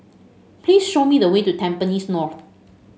please show me the way to Tampines North